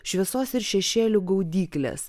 šviesos ir šešėlių gaudyklės